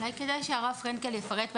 אולי כדאי שהרב פרנקל יפרט בעניין.